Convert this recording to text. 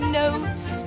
notes